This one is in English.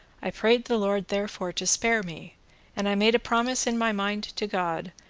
i prayed the lord therefore to spare me and i made a promise in my mind to god,